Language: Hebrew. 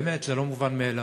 באמת, זה לא מובן מאליו.